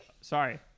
Sorry